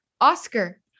Oscar